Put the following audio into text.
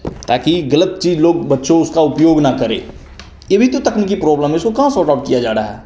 ताकि ग़लत चीज़ लोग बच्चों उसका उपयोग ना करें ये भी तो तकनीकी प्रोबलम है इसको कहाँ सोर्टआउट किया जा रहा है